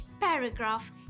paragraph